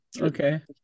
okay